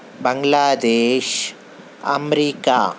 بنگلہ دیش امریکہ